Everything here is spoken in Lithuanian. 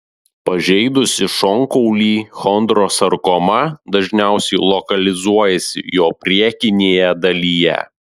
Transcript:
pažeidusi šonkaulį chondrosarkoma dažniausiai lokalizuojasi jo priekinėje dalyje